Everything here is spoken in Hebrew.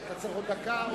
אתה צריך עוד דקה?